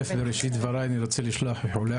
בראשית דבריי אני רוצה לשלוח איחולי